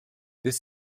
this